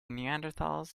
neanderthals